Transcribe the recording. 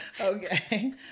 okay